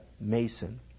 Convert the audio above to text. Mason